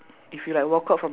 okay so